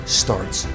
starts